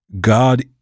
God